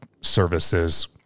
services